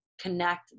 connect